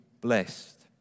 blessed